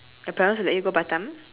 your parents will let you go batam